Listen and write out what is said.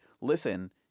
listen